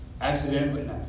accidentally